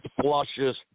flushes